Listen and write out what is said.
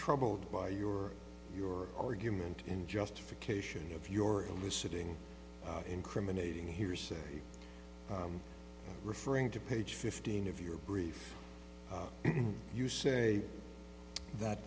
troubled by your your argument in justification of your eliciting incriminating hearsay i'm referring to page fifteen of your brief you say that